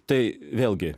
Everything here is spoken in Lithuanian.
tai vėlgi